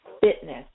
fitness